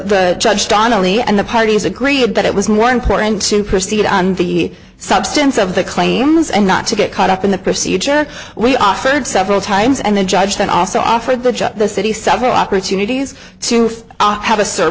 the judge donnelly and the parties agreed that it was more important to proceed on the substance of the claims and not to get caught up in the procedure we offered several times and the judge then also offered the judge the city several opportunities to feel have a certain